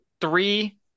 three